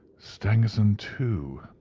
stangerson too!